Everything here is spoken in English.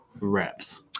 reps